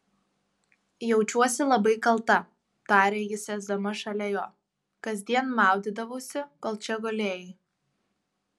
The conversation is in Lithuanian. jaučiuosi labai kalta tarė ji sėsdama šalia jo kasdien maudydavausi kol čia gulėjai